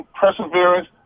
perseverance